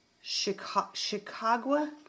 Chicago